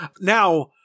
Now